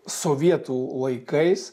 sovietų laikais